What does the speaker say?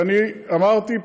ואמרתי,